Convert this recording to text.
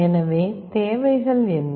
எனவே தேவைகள் என்ன